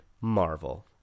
Marvel